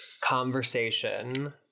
conversation